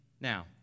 now